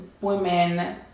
women